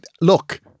look